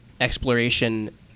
exploration